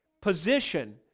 position